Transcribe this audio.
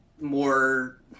more